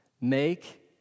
Make